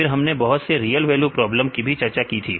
फिर हमने बहुत से रियल वैल्यू प्रॉब्लम की भी चर्चा की थी